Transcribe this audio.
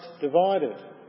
divided